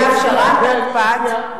לפני עשר דקות היה: הפשרת הקפאת,